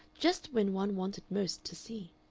just when one wanted most to see.